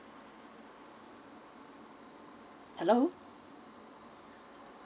hello